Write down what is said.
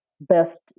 best